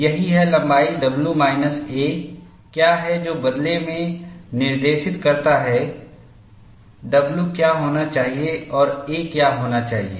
यही है लंबाई w माइनस a क्या है जो बदले में निर्देशित करता है w क्या होना चाहिए और a क्या होना चाहिए